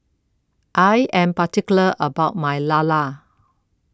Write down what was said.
I Am particular about My Lala